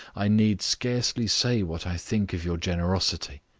i need scarcely say what i think of your generosity.